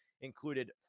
included